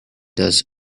does